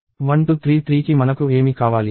1233కి మనకు ఏమి కావాలి